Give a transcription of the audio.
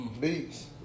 Beats